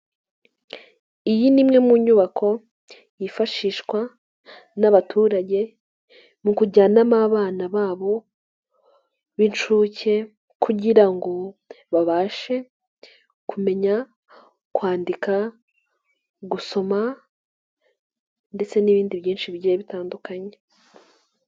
Iyi ni imwe mu nyubako yifashishwa n'abaturage mu kujyanamo abana babo b'incuke kugira ngo babashe kumenya kwandika gusoma ndetse n'ibindi byinshi bigiye bitandukanye.